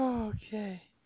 okay